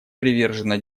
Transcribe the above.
привержена